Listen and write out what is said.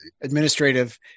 administrative